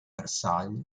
versailles